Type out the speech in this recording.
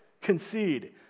concede